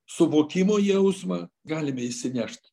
suvokimo jausmą galime išsinešt